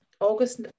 august